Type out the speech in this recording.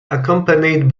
accompanied